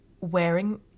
wearing